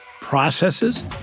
processes